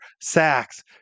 sacks